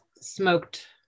smoked